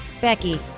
Becky